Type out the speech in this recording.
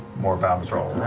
moorbounders are all